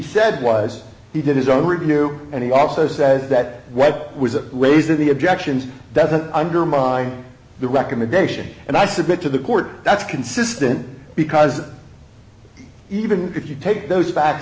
said was he did his own renew and he also says that what was a raise of the objections doesn't undermine the recommendation and i submit to the court that's consistent because even if you take those facts